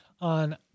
on